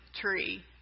tree